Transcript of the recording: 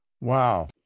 Wow